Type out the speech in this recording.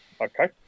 Okay